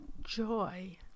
joy